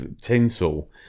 tinsel